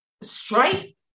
Straight